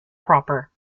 proper